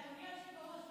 אדוני היושב-ראש,